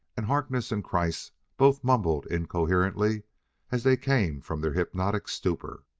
and harkness and kreiss both mumbled incoherently as they came from their hypnotic stupor.